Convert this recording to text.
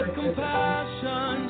compassion